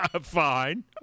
fine